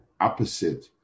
opposite